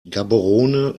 gaborone